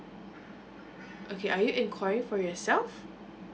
okay are you inquiry for yourself